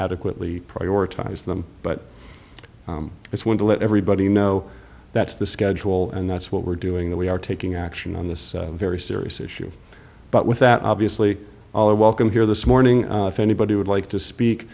adequately prioritize them but it's one to let everybody know that's the schedule and that's what we're doing that we are taking action on this very serious issue but with that obviously all are welcome here this morning if anybody would like to